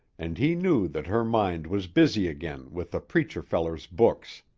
and he knew that her mind was busy again with the preacher feller's books.